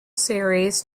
series